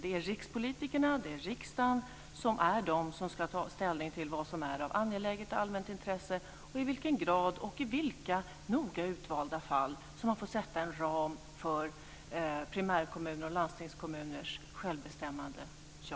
Det är rikspolitikerna, riksdagen, som ska ta ställning till vad som är av angeläget allmänt intresse och i vilken grad och i vilka noga utvalda fall man får sätta en ram för primärkommuners och landstingskommuners självbestämmande - ja.